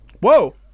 Whoa